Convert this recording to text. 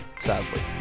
Sadly